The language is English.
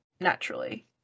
naturally